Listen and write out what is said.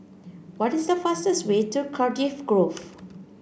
what is the fastest way to Cardiff Grove